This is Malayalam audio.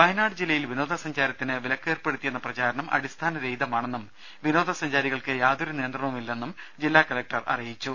വയനാട് ജില്ലയിൽ വിനോദ സഞ്ചാരത്തിന് വിലക്കേർപ്പെടുത്തിയെന്ന പ്രചാരണം അടിസ്ഥാന രഹിതമാണെന്നും വിനോദ സഞ്ചാരികൾക്ക് യാതൊരു നിയന്ത്രണവും ഇല്ലെന്നും ജില്ലാ കലക്ടർ അറിയിച്ചു